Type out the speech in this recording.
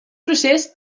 procés